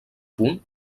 punt